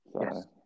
Yes